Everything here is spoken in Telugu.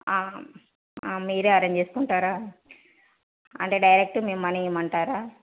మీరు అరేంజ్ చేసుకుంటారా అంటే డైరెక్ట్ మేము మనీ ఇవ్వమంటారా